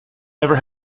never